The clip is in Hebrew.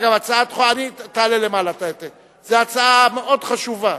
הוועדה לזכויות הילד.